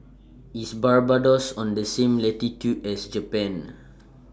IS Barbados on The same latitude as Japan